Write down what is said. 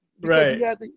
Right